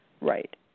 Right